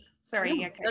sorry